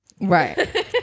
Right